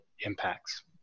impacts